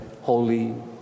holy